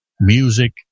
music